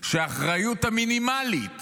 שהאחריות המינימלית